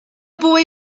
boy